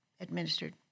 administered